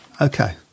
Okay